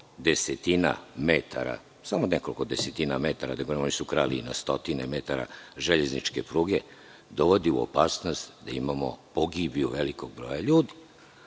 desetina metara, samo nekoliko desetina metara, oni su krali i na stotine metara železničke pruge, dovodi u opasnost da imamo pogibiju velikog broja ljudi.